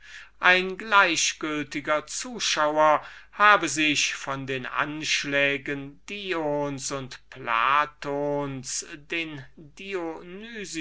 ein gleichgültiger zuseher von den anschlägen dions und platons den